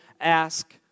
ask